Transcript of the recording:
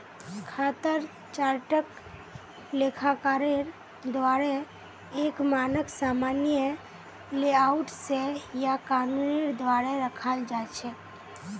खातार चार्टक लेखाकारेर द्वाअरे एक मानक सामान्य लेआउट स या कानूनेर द्वारे रखाल जा छेक